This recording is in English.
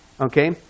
Okay